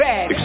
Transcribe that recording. Bad